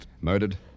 Murdered